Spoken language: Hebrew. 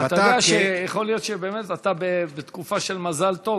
אתה יודע שיכול להיות שבאמת אתה בתקופה של מזל טוב.